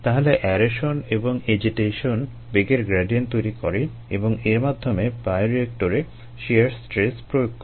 তাহলে অ্যারেশন এবং এজিটেশন বেগের গ্র্যাডিয়েন্ট তৈরি করে এবং এর মাধ্যমে বায়োরিয়েক্টরে শিয়ার স্ট্রেস প্রয়োগ করে